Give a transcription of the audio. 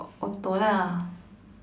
au~ auto lah